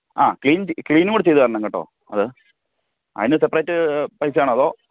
ആ ക്ലീന് ക്ലീനും കൂടെ ചെയ്ത് തരണം കേട്ടോ അത് അതിന് സെപ്രേയ്റ്റ് പൈസയാണോ അതോ